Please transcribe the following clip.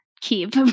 keep